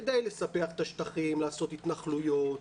כדאי לספח את השטחים, לעשות התנחלויות.